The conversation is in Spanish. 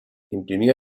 imprimió